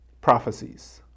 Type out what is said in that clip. prophecies